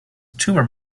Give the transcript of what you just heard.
tumor